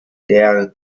der